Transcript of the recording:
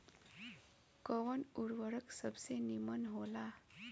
कवन उर्वरक सबसे नीमन होला?